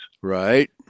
Right